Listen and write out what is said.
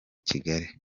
kigali